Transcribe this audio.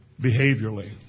Behaviorally